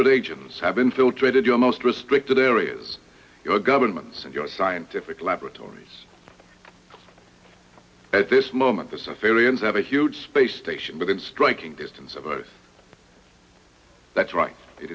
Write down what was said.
agents have infiltrated your most restricted areas your governments and your scientific laboratories at this moment the civilians have a huge space station within striking distance of us that's right it